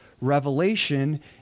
revelation